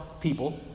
people